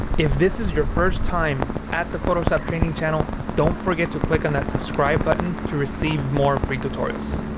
if this is your first time at the photoshop training channel, don't forget to click on that subscribe button to receive more free tutorials.